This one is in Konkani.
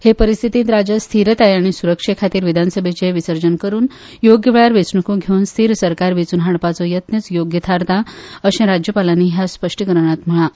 हे परिस्थितींत राज्यांत स्थीरताय आनी सुरक्षे खातीर विधानसभेचें विसर्जीन करून योग्य वेळार वेंचणुको घेवन स्थीर सरकार वेंचून हाडपाचो यत्नूच याग्य थारता अशें राज्यपालांनी ह्या स्पश्टीकरणांत म्हणलां